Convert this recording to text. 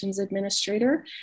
Administrator